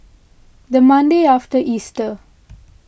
the Monday after Easter